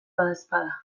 badaezpada